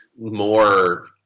more